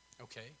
Okay